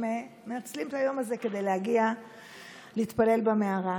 הם מנצלים את היום הזה כדי להגיע להתפלל במערה.